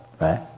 right